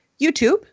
YouTube